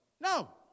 no